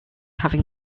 having